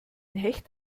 hecht